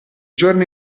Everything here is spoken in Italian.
giorno